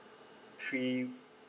three